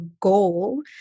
goal